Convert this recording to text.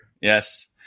Yes